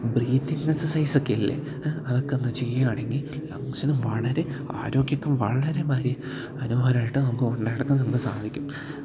breathing എക്സർസൈസൊക്കെ ഇല്ലേ അതൊക്കെ ഒന്ന് ചെയ്യുകയാണെങ്കിൽ ലങ്സിന് വളരെ ആരോഗ്യം ഒക്കെ വളരെ മനോഹരമായിട്ട് നമുക്ക് ഉള്ളയിടത്തു നിന്ന് നമുക്ക് സാധിക്കും